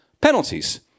penalties